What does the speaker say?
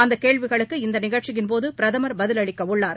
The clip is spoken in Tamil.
அந்தகேள்விகளுக்கு இந்தநிகழ்ச்சியின்போதுபிரதமர் பதிலளிக்கஉள்ளார்